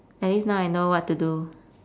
at least now I know what to do